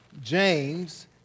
James